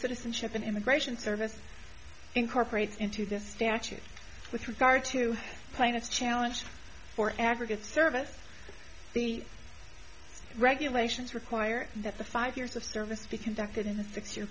citizenship and immigration service incorporates into this statute with regard to plaintiff challenge for aggregate service the regulations require that the five years of service be conducted in a six year